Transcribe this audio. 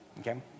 okay